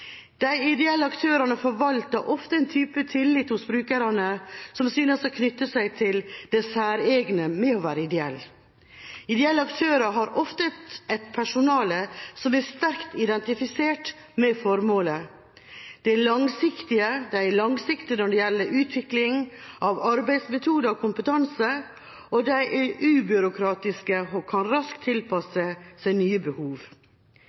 De ideelle aktørene forvalter ofte en type tillit hos brukerne som synes å knytte seg til det særegne ved å være ideell. Ideelle aktører har ofte et personale som identifiserer seg sterkt med formålet, de er langsiktige når det gjelder utvikling av arbeidsmetoder og kompetanse, og de er ubyråkratiske og kan raskt tilpasse seg nye behov.